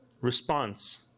response